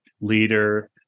leader